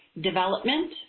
development